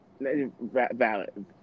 valid